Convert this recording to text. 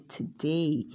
today